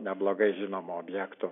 neblogai žinomų objektų